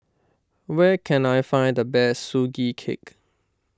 where can I find the best Sugee Cake